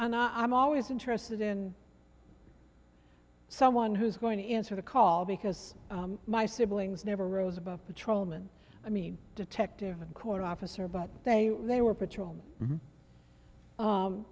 and i'm always interested in someone who's going to answer the call because my siblings never rose above patrolmen i mean detective and court officer but they they were patrol